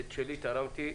את שלי תרמתי.